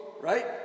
right